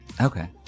Okay